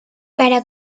para